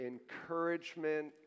encouragement